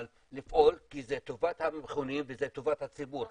אבל לפעול כי זה טובת המכונים וזה טובת הציבור גם.